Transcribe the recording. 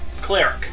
cleric